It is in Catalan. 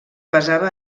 basava